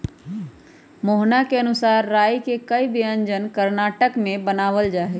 मोहना के अनुसार राई के कई व्यंजन कर्नाटक में बनावल जाहई